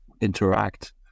interact